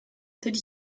did